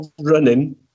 running